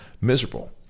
miserable